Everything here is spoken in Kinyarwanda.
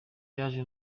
yaje